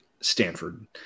Stanford